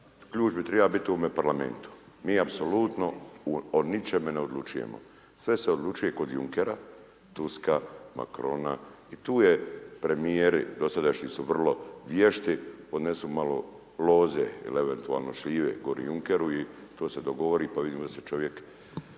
ključ bi trebao biti u ovome Parlamentu. Mi apsolutno o ničemu ne odlučujemo. Sve se odlučuje kod Junkera, Truska, Makrona i tu je premijeri dosadašnji su vrlo vješti. Odnesu malo loze ili eventualno šljive Junkeru i to se dogovori, pa vidimo da se čovjek